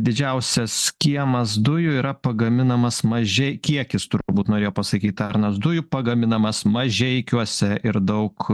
didžiausias kiemas dujų yra pagaminamas mažei kiekis turbūt norėjo pasakyt arnas dujų pagaminamas mažeikiuose ir daug